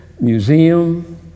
museum